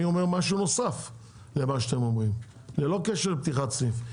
אני אומר משהו נוסף למה שאתם אומרים ללא קשר לפתיחת סניף,